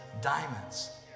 diamonds